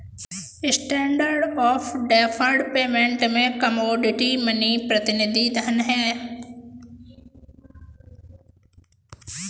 standard of deferred payment में commodity money प्रतिनिधि धन हैं